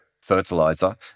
fertilizer